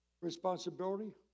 responsibility